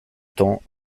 temps